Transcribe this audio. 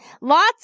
Lots